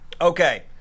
Okay